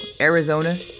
Arizona